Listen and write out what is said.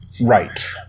Right